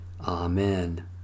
Amen